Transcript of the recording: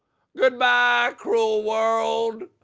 good-bye cruel world.